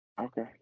okay